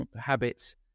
habits